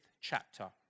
chapter